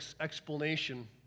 explanation